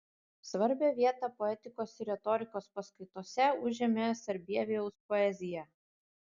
svarbią vietą poetikos ir retorikos paskaitose užėmė sarbievijaus poezija